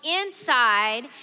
inside